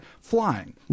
flying